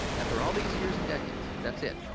after all these years and decades, that's it.